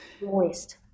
moist